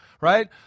right